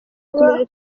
akomeje